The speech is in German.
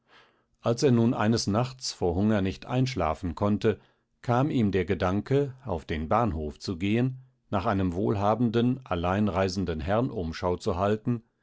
als er nun eines nachts vor hunger nicht einschlafen konnte kam ihm der gedanke auf den bahnhof zu gehen nach einem wohlhabenden allein reisenden herrn umschau zu halten